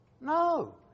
No